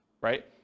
right